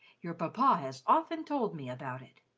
your papa has often told me about it.